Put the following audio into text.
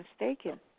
mistaken